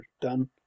done